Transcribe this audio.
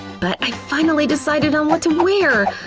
but i finally decided on what to wear!